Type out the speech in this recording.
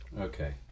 Okay